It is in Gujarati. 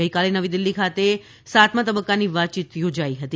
ગઈકાલે નવી દિલ્હી ખાતે સાતમા તબક્કાની વાતચીત યોજાઈ હતી